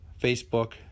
Facebook